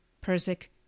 persic